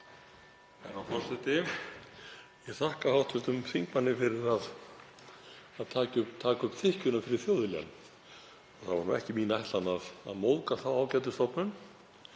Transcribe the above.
Ég þakka hv. þingmanni fyrir að taka upp þykkjuna fyrir Þjóðviljann. Það var ekki mín ætlan að móðga þá ágætu stofnun.